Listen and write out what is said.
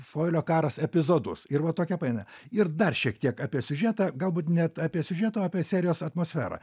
fuelio karas epizodus ir va tokia painia ir dar šiek tiek apie siužetą galbūt ne apie siužetą apie serijos atmosferą